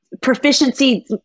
proficiency